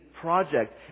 project